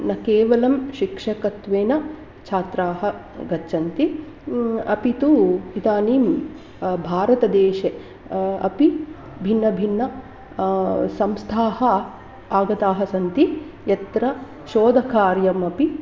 न केवलं शिक्षकत्वेन छात्राः गच्छन्ति अपि तु इदानीं भारतदेशे अपि भिन्न भिन्न संस्थाः आगताः सन्ति यत्र शोधकार्यमपि